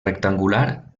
rectangular